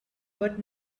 but